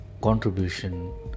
contribution